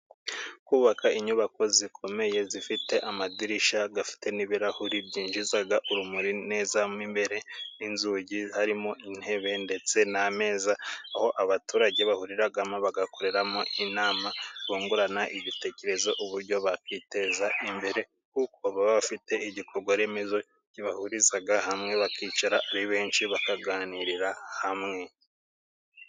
Kubaka inyubako zikomeye zifite amadirishya afite n'ibirahuri byinjiza urumuri neza mo imbere n'inzugi harimo intebe ndetse n'ameza, aho abaturage bahuriramo bagakoreramo inama bungurana ibitekerezo uburyo bakwiteza imbere kuko baba bafite igikorwa remezo kibahuriza hamwe bakicara ari benshi bakaganirira hamwe.